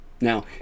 Now